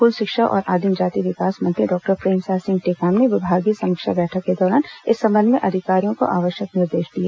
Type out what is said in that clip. school शिक्षा और आदिम जाति विकास मंत्री डॉक्टर प्रेमसाय सिंह टेकाम ने विभागीय समीक्षा बैठक के दौरान इस संबंध में अधिकारियों को आवश्यक निर्देश दिए